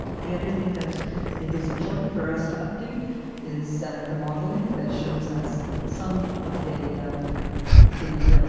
the other thing that i think is important for us to update is the modelling that shows us some of the the